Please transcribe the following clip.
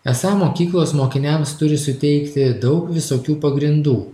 esą mokyklos mokiniams turi suteikti daug visokių pagrindų